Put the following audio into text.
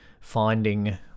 finding